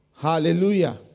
Hallelujah